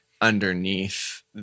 underneath